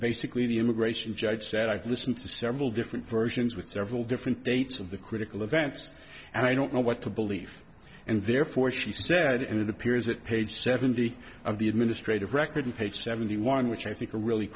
basically the immigration judge said i've listened to several different versions with several different dates of the critical events and i don't know what to believe and therefore she she said and it appears that page seventy of the administrative record page seventy one which i think are really